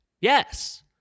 yes